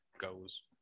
goes